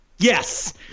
Yes